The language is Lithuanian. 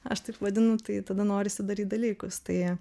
aš taip vadinu tai tada norisi daryt dalykus tai